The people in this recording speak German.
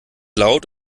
laut